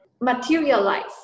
materialize